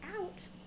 out